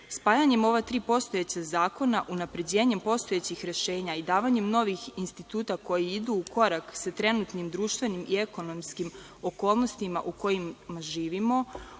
nasilja. Spajanjem ova tri postojeća zakona, unapređenjem postojećih rešenja i davanjem novih instituta koji idu u korak sa trenutnim društvenim i ekonomskim okolnostima u kojima živimo,